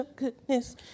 goodness